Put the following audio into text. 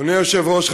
אדוני היושב-ראש,